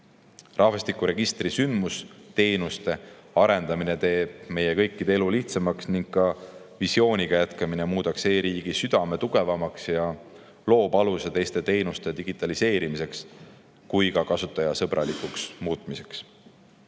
Rahvastikuregistri sündmusteenuste arendamine teeb meie kõikide elu lihtsamaks ning ka visiooniga jätkamine muudab e‑riigi südame tugevamaks ja loob aluse teiste teenuste digitaliseerimiseks ja ka kasutajasõbralikuks muutmiseks.